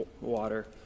water